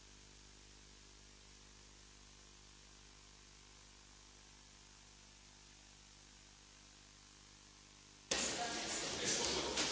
Hvala vam.